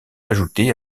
ajoutées